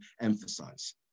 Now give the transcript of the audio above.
emphasize